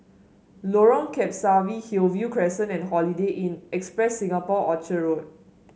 Lorong Kebasi Hillview Crescent and Holiday Inn Express Singapore Orchard Road